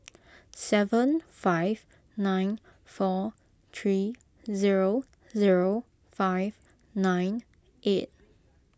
seven five nine four three zero zero five nine eight